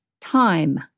time